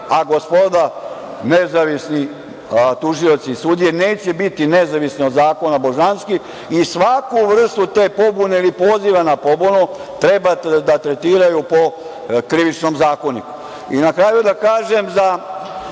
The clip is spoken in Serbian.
a gospoda nezavisni tužioci i sudije neće biti nezavisni od zakona božanskih i svaku vrstu te pobune ili poziva na pobunu treba da tretiraju po Krivičnom zakoniku. Na kraju da kažem da